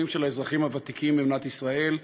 במצבם של האזרחים הוותיקים במדינת ישראל.